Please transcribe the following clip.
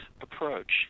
approach